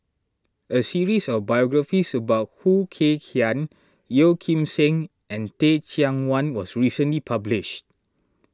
a series of biographies about Khoo Kay Hian Yeo Kim Seng and Teh Cheang Wan was recently published